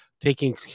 taking